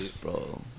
bro